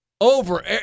Over